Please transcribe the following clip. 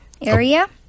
area